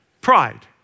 Pride